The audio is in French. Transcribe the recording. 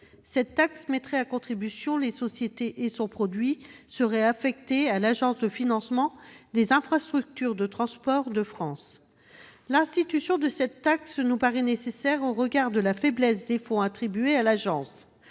Cette taxe mettrait à contribution les sociétés et son produit serait affecté à l'Agence de financement des infrastructures de transport de France, l'Afitf. L'institution de cette taxe nous paraît nécessaire au regard de la faiblesse des fonds attribués à l'Afitf.